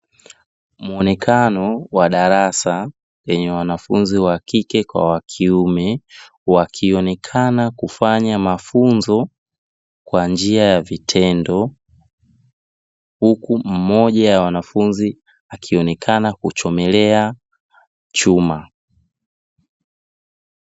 Muonekano wa darasa lenye wanafunzi wa kike kwa wa kiume wakionekana kufanya mafunzo kwa njia ya vitendo, huku mmoja ya wanafunzi akionekana kuchomelea chuma.